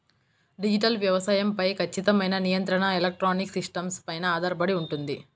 digital వ్యవసాయం పై ఖచ్చితమైన నియంత్రణ ఎలక్ట్రానిక్ సిస్టమ్స్ పైన ఆధారపడి ఉంటుంది